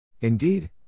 Indeed